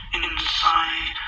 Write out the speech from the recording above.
Inside